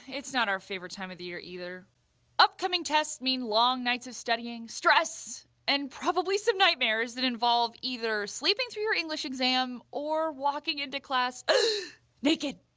it's not our favorite time of year either upcoming tests mean long nights of studying, stress and probably some nightmares that involve sleeping through your english exam or walking into class naked.